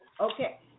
Okay